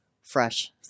fresh